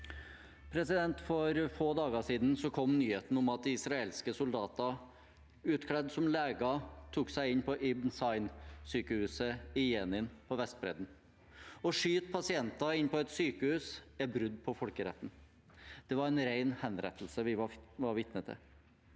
For få dager siden kom nyheten om at israelske soldater utkledd som leger tok seg inn i Ibn Sina-sykehuset i Jenin på Vestbredden. Å skyte pasienter inne på et sykehus er brudd på folkeretten. Det var en ren henrettelse vi var vitne til.